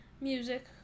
music